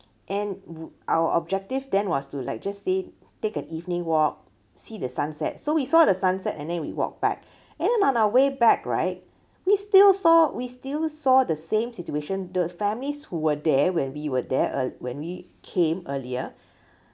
and w~ our objective then was to like just say take an evening walk see the sunset so we saw the sunset and then we walked back then on our way back right we still saw we still saw the same situation the families who were there when we were there ear~ when we came earlier